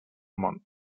món